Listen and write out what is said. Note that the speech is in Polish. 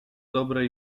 dobre